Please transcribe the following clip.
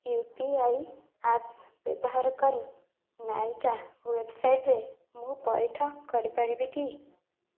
you P I apps ବ୍ୟବହାର କରି ନାଇକା ୱେବସାଇଟ୍ରେ ମୁଁ ପଇଠ କରିପାରିବି କି